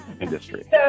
industry